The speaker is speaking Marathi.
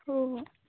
हो हो